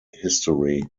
history